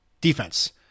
defense